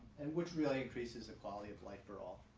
and which really increases the quality of life for all.